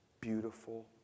beautiful